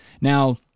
Now